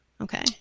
Okay